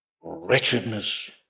wretchedness